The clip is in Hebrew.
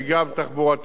זה כביש אדום,